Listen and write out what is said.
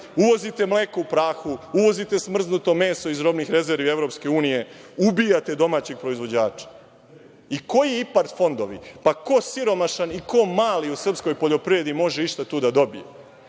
Uvozite mleko u prahu, uvozite smrznuto meso iz robnih rezervi EU, ubijate domaćeg proizvođača. Koji IPARD fondovi? Ko siromašan i ko mali u srpskoj poljoprivredi može išta tu da dobije?